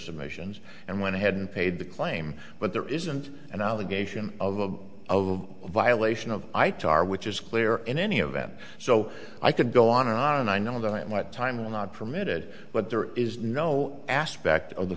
submissions and went ahead and paid the claim but there isn't an allegation of a of a violation of i to are which is clear in any event so i could go on and on and i know that my time will not permit it but there is no aspect of the